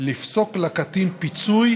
לפסוק לקטין פיצוי